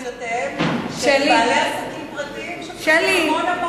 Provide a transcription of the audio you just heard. שמירה על זכויותיהם של בעלי עסקים פרטיים שיש להם המון המון,